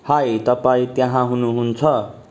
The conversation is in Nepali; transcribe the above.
हाई तपाईँ त्यहाँ हुनुहुन्छ